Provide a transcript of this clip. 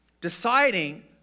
deciding